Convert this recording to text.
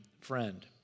friend